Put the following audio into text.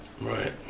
Right